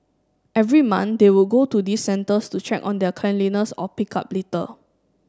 every month they would go to these centres to check on their cleanliness or pick up litter